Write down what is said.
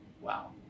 wow